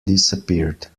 disappeared